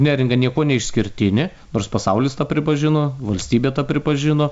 neringa niekuo neišskirtinė nors pasaulis tą pripažino valstybė tą pripažino